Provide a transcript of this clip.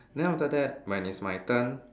then after that when it's my turn